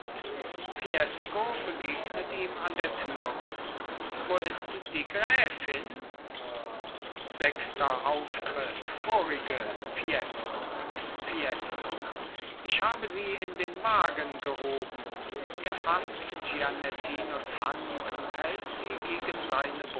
begegnet ihm an der türe wo ist die gräfin sechster auftritt vorige fiesco fiesco ich habe sie in den wagen gehoben er faßt gianettinos hand und hält sie gegen seine